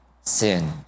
sin